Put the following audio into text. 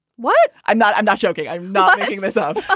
what i'm not i'm not joking i'm not making this up.